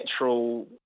natural